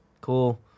cool